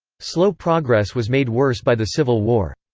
slow progress was made worse by the civil war.